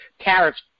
tariffs